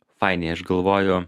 fainiai aš galvoju